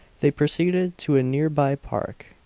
they proceeded to a near-by park,